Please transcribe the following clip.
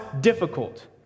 difficult